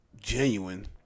genuine